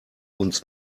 uns